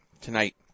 tonight